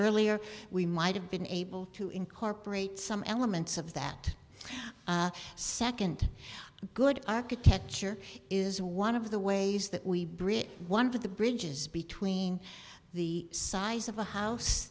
earlier we might have been able to incorporate some elements of that second good architecture is one of the ways that we bridge one of the bridges between the size of a house